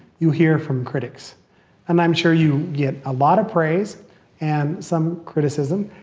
you hear from critics and i'm sure you get a lot of praise and some criticism.